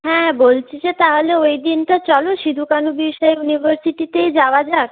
হ্যাঁ বলছি যে তাহলে ওই দিনটা চলো সিধু কানু বিরসা ইউনিভার্সিটিতেই যাওয়া যাক